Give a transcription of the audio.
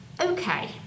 Okay